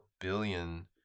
billion